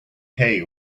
hay